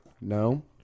no